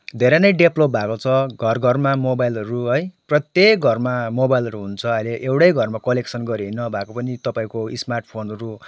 धेरै नै डेभ्लोप भएको छ घर घरमा मोबाइलहरू है प्रत्येक घरमा मोबाइलहरू हुन्छ अहिले एउटै घरमा कलेक्सन गऱ्यो भने नभएको पनि तपाईँको स्मार्टफोनहरू